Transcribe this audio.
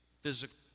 physical